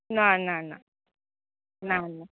ना ना ना ना ना